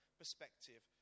perspective